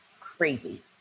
crazy